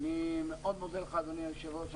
אני מאוד מודה לך, אדוני היושב-ראש.